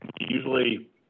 usually